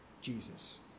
Jesus